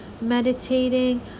meditating